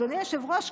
אדוני היושב-ראש,